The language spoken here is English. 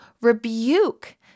rebuke